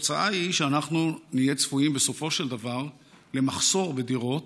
התוצאה היא שאנחנו נהיה צפויים בסופו של דבר למחסור בדירות.